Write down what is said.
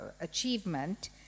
achievement